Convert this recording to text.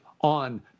on